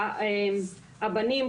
על-יסודיים: הבנים,